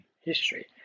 History